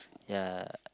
ya